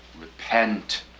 Repent